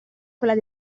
quella